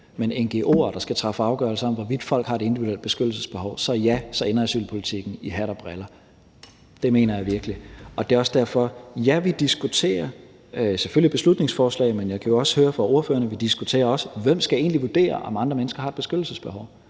men ngo'er, der skal træffe afgørelse om, hvorvidt folk har et individuelt beskyttelsesbehov, så ja, ender asylpolitikken i hat og briller. Det mener jeg virkelig, og det er også derfor, at ja, vi diskuterer selvfølgelig beslutningsforslaget, men jeg kan jo også høre fra ordførerne, at vi også diskuterer, hvem der egentlig skal vurdere, om andre mennesker har et beskyttelsesbehov.